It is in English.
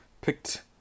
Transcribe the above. picked